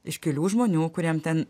iškilių žmonių kuriem ten